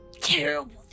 terrible